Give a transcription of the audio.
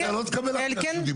אלקין, אתה לא תקבל רשות דיבור.